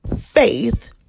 faith